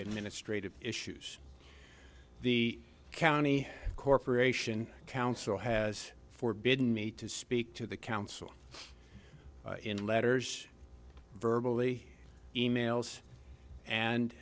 administrative issues the county corporation council has forbidden me to speak to the council in letters verbal e e mails and